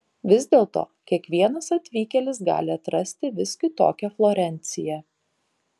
vis dėlto kiekvienas atvykėlis gali atrasti vis kitokią florenciją